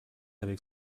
avec